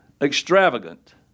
extravagant